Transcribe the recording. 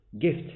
gift